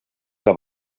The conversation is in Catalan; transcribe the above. que